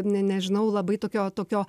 ne nežinau labai tokio tokio